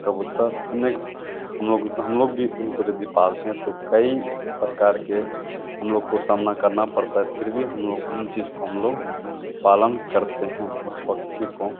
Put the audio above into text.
कबूतर अनेक हम लोग हम लोग भी उनको यदी पालते हैं तो कई प्रकार के हम लोग को सामना करना पड़ता है फिर भी हम लोग उस चीज़ को हम लोग पालन करते हैं बस पक्षी को